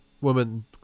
woman